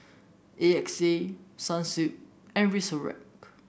A X A Sunsilk and Frisolac